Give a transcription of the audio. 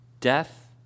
death